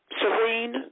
serene